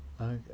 okay